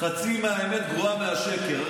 חצי אמת גרועה מהשקר.